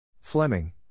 Fleming